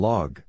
Log